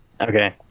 Okay